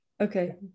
Okay